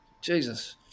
Jesus